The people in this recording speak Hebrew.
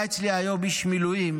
היה אצלי היום איש מילואים